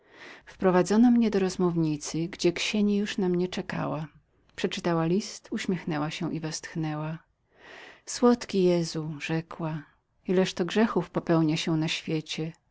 wprowadzono mnie do klauzury gdzie ksieni już na mnie czekała przeczytała list uśmiechnęła się i westchnęła słodki jezu rzekła ileż to grzechów popełnia się na świecie